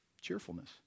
Cheerfulness